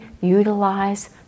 utilize